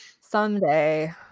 Someday